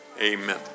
amen